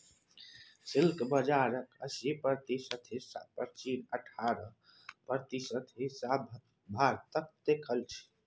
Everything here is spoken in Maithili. सिल्क बजारक अस्सी प्रतिशत हिस्सा पर चीन आ अठारह प्रतिशत हिस्सा पर भारतक दखल छै